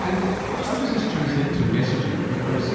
and how does this translate to messaging, because